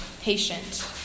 patient